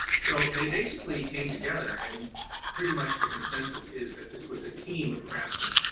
so, they basically came together and pretty much the consensus is that this was a team of craftsmen.